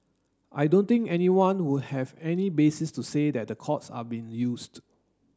I don't think anyone would have any basis to say that the courts are being used